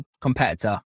competitor